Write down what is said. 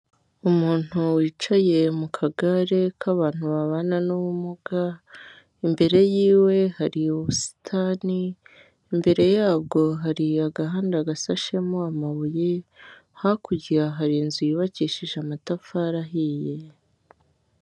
Umuntu wicaye mu kagare k'abantu babana n'ubumuga, imbere y'iwe hari ubusitani, imbere yabwo hari agahanda gasashemo amabuye, hakurya hari inzu yubakishije amatafari ahiye.